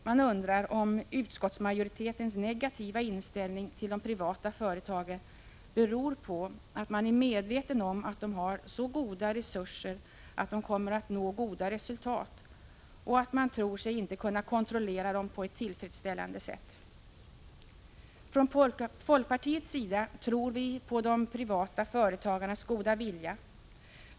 Vi undrar om utskottsmajoritetens negativa inställning till de privata företagen beror på att man är medveten om att de har så goda resurser, att de kommer att nå goda resultat och att man tror sig inte kunna kontrollera dem på ett tillfredsställande sätt. Från folkpartiets sida tror vi på de privata företagarnas goda vilja.